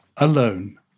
alone